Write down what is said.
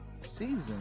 season